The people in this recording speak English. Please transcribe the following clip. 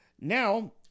Now